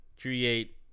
Create